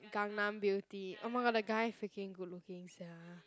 Gangnam beauty oh my god the guy freaking good looking sia